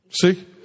See